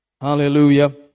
Hallelujah